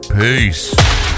Peace